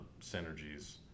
synergies